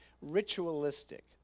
ritualistic